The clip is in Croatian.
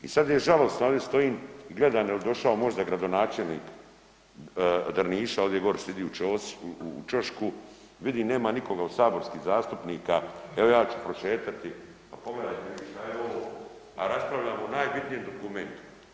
I sada je žalosno ovdje stojim i gledam je došao možda gradonačelnik Drniša ovdje gore sjedi u ćošku, vidim neka nikoga od saborskih zastupnika, evo ja ću prošetati pa pogledajte vi šta je ovo, a raspravljamo o najbitnijem dokumentu.